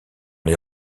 les